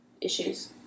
issues